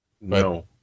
No